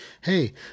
Hey